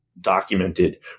documented